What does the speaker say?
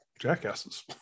jackasses